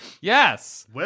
Yes